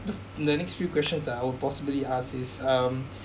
the next few questions I will possibly ask is um